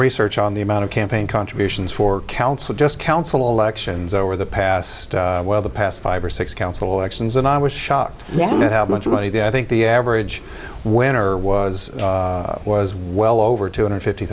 research on the amount of campaign contributions for council just council elections over the past well the past five or six council elections and i was shocked at how much money the i think the average winner was was well over two hundred fifty